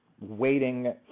waiting